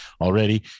already